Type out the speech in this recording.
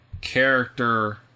character